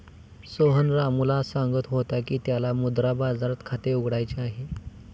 सोहन रामूला सांगत होता की त्याला मुद्रा बाजारात खाते उघडायचे आहे